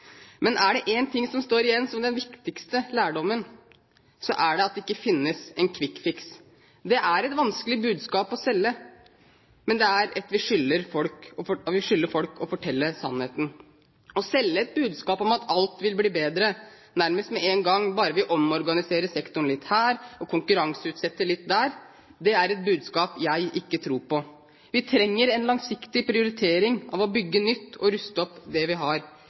Men er det én ting som står igjen som den viktigste lærdommen, er det at det ikke finnes en «quick fix». Det er et vanskelig budskap å selge, men vi skylder folk å fortelle sannheten. Å selge et budskap om at alt vil bli bedre, nærmest med én gang, bare vi omorganiserer sektoren litt her og konkurranseutsetter litt der, er et budskap jeg ikke tror på. Vi trenger en langsiktig prioritering når det gjelder å bygge nytt og å ruste opp det vi har.